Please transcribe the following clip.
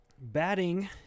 Batting